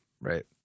right